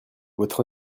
votre